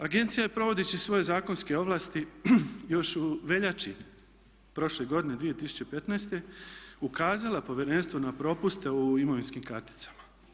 Agencija je provodeći svoje zakonske ovlasti još u veljači prošle godine 2015. ukazala povjerenstvu na propuste u imovinskim karticama.